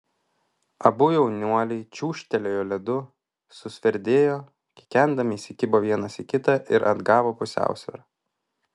abu jaunuoliai čiūžtelėjo ledu susverdėjo kikendami įsikibo vienas į kitą ir atgavo pusiausvyrą